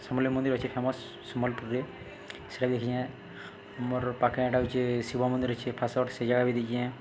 ସମଲେଇ ମନ୍ଦିର ଅଛେ ଫେମସ୍ ସମ୍ବଲପୁରରେ ସେଟା ବି ଦେଖିଚେଁ ଆମର୍ ପାଖେ ହେଟା ହଉଚେ ଶିବ ମନ୍ଦିର୍ ଅଛେ ଫାସଡ଼୍ ସେ ଜାଗା ବି ଯାଇଚେଁ